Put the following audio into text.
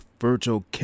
Virgil